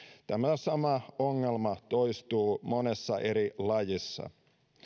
tämä sama ongelma toistuu monessa eri lajissa